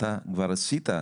אתה כבר עשית,